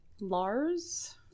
Lars